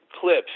clips